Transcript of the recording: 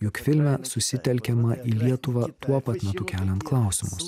juk filme susitelkiama į lietuvą tuo pat metu keliant klausimus